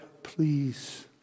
Please